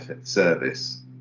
service